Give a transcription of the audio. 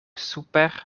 super